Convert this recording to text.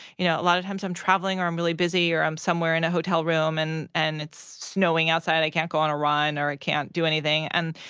you know, a lotta times i'm traveling or i'm really busy or i'm somewhere in a hotel room and and it's snowing outside, i can't go on a run or i can't do anything. and,